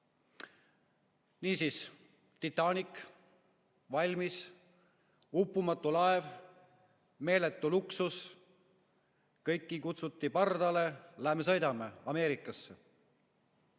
Niisiis, Titanic – valmis uppumatu laev, meeletu luksus, kõiki kutsuti pardale, lähme sõidame Ameerikasse. Tänapäeva